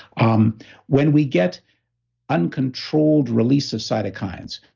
um when we get uncontrolled release of cytokines,